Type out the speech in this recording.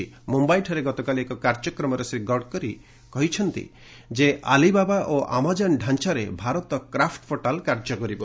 ମ୍ରମ୍ଭାଇଠାରେ ଗତକାଲି ଏକ କାର୍ଯ୍ୟକ୍ମରେ ଶ୍ରୀ ଗଡକରୀ କହିଛନ୍ତି ଯେ ଆଲିବାବା ଓ ଆମାଜନ୍ ଢାଞ୍ଚାରେ ଭାରତ କ୍ରାପୁ ପୋଟାଲ କାର୍ଯ୍ୟ କରିବ